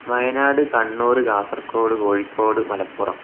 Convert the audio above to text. Wayanad Kannur Kasaragod Kozhikode Malappuram